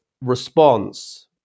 response